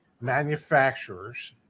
manufacturers